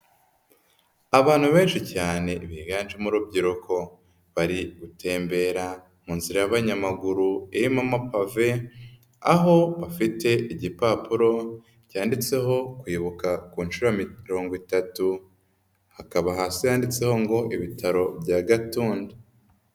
Abantu benshi cyane biganjemo urubyiruko, bari gutembera mu nzira y'abanyamaguru irimo amapave, aho bafite igipapuro cyanditseho kwibuka ku nshuro ya mirongo itatu, hakaba hasi handitseho ngo ibitaro bya Gatunda.